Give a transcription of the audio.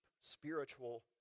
spiritual